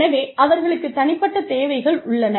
எனவே அவர்களுக்குத் தனிப்பட்ட தேவைகள் உள்ளன